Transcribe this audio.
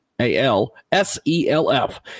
A-L-S-E-L-F